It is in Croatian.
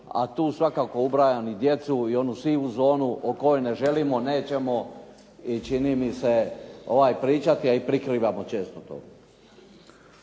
a tu svakako ubrajam i djecu i onu sivu zonu o kojoj ne želimo, nećemo i čini mi se pričati, a i prikrivamo često to.